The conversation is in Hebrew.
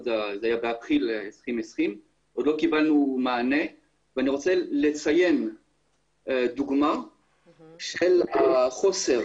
זה היה באפריל 2020. אני רוצה לציין דוגמה של חוסר